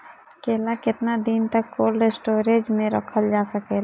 केला केतना दिन तक कोल्ड स्टोरेज में रखल जा सकेला?